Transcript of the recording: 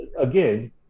again